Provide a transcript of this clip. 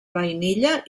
vainilla